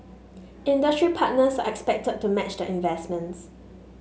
industry partners are expected to match the investments